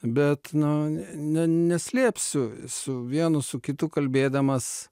bet nu ne neslėpsiu su vienu su kitu kalbėdamas